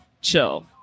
chill